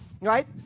right